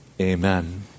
amen